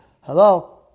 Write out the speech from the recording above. hello